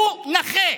הוא נכה.